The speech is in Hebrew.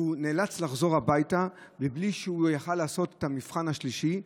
ונאלץ לחזור הביתה בלי שהוא יכול היה לעשות את המבחן השלישי,